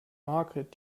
margret